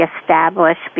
established